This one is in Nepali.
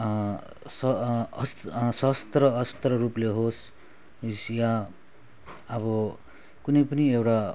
स अस् शस्त्र अस्त्र रूपले होस् वा अब कुनै पनि एउटा